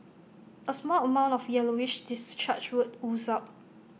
A small amount of yellowish discharge would ooze out